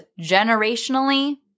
generationally